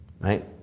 Right